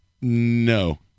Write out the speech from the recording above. No